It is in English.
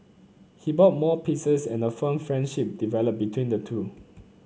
he bought more pieces and a firm friendship developed between the two